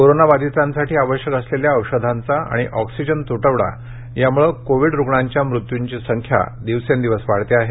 corona बाधितांसाठी आवश्यक असलेल्या औषधांचा आणि ऑक्सीजन त्रटवडा यामुळे कोविड रुग्णांच्या मृत्यूची संख्या दिवसेंदिवस वाढत आहे